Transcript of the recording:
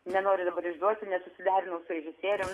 nenoriu dabar išduoti nesusiderinau su režisierium